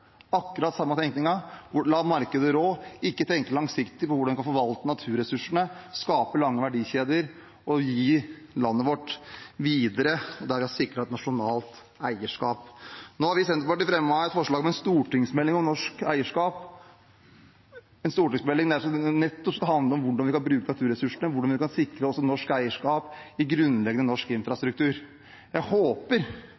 akkurat den samme tenkningen: la markedet råde, ikke tenke langsiktig på hvordan man kan forvalte naturressursene, hvordan man kan skape lange verdikjeder og gi landet vårt videre, og der man sikrer et nasjonalt eierskap. Vi i Senterpartiet har fremmet et forslag om en stortingsmelding om norsk eierskap, en stortingsmelding som nettopp skal handle om hvordan vi kan bruke naturressursene, hvordan vi også kan sikre norsk eierskap i grunnleggende norsk